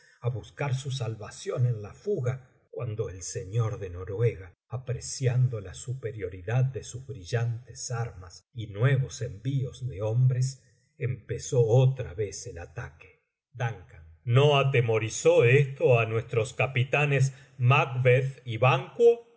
á buscar su salvación en la fuga cuando el señor de noruega apreciando la superioridad de sus brillantes armas y nuevos envíos de hombres empezó otra vez el ataque dun no atemorizó esto á nuestros capitanes macbeth y banquo